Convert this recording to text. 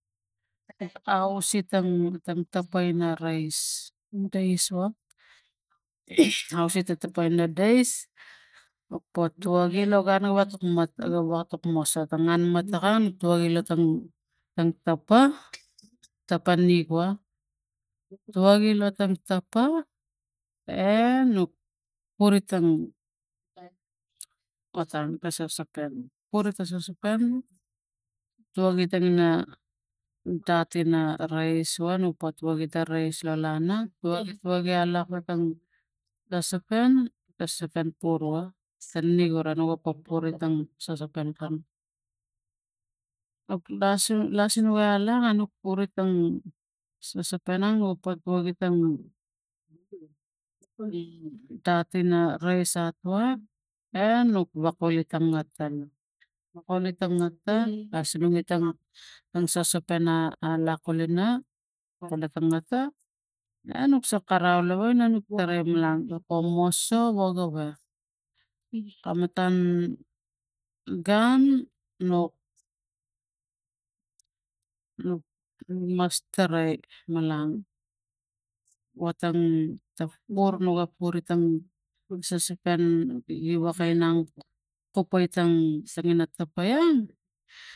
A usitang tang tapa ina rais dais wa ausitang tapa ina dais potul wagi ina no gun ina tokmat aga wa nuk maso ta ngan motongan tuagi lo tang tapa tapa nigua tuagi lo tang tapa e nuk puri tang otang sosopan puri ta sosopan tuagitang ina dat ina rais wa nuk pua itang rais lo lana tuagi tuagi alak otang la sospen ta sosopen puru go nik gara nu ga pok puri pang sosopen pana nuk lasu lasine alak anuk puri pang sosopenang nuk papua gi pang pang dat ina rais atua e nok wakule ta ngat ala wakule ta ngat ta aisinuk etang ina sosopen a alak kulina kulunge ta ata e nuk so karau lava ina nuk taraim manang pa moso wo gawek kam matan gun nuk nuk mas tarai malang wotang pur nuga puri tang sosopen iwokai inang puk po itang ina tapia.